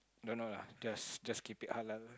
don't know lah just just keep it halal